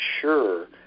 sure